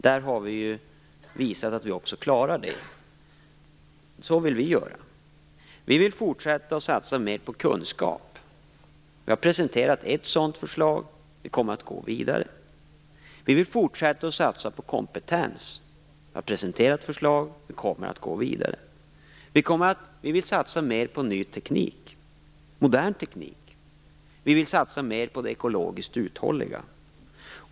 Där har vi visat att vi också klarar det. Så vill vi göra. Vi vill fortsätta att satsa mer på kunskap. Vi har presenterat ett sådant förslag. Vi kommer att gå vidare. Vi vill fortsätta att satsa på kompetens. Vi har presenterat förslag. Vi kommer att gå vidare. Vi vill satsa mer på ny teknik, modern teknik. Vi vill satsa mer på det ekologiskt uthålliga.